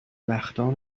بختان